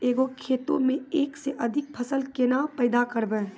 एक गो खेतो मे एक से अधिक फसल केना पैदा करबै?